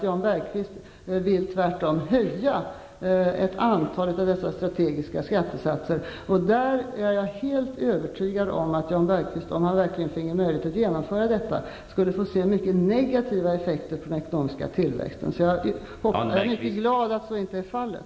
Jan Bergqvist vill tvärtom höja ett antal av dessa strategiska skattesatser. Om Jan Bergqvist finge möjlighet att genomföra dessa höjningar, är jag övertygad om att han skulle få se negativa effekter på den ekonomiska tillväxten. Jag är glad att så inte är fallet.